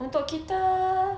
untuk kita